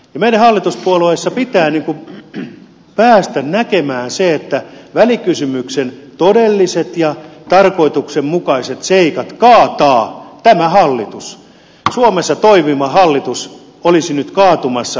meidän hallituspuolueessa pitää päästä näkemään se että välikysymyksessä pyritään esittämään todelliset ja tarkoituksenmukaiset seikat tämän hallituksen kaatamiseksi jotta suomessa toimiva hallitus olisi nyt kaatumassa